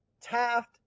Taft